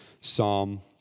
Psalm